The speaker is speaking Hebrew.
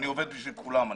אני עובד בשביל כולם,